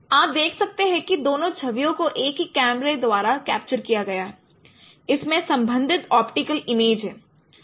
आप देख सकते हैं कि दोनों छवियों को एक ही कैमरे द्वारा कैप्चर किया गया है इसमें संबंधित ऑप्टिकल इमेज है